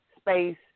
space